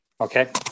Okay